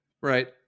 Right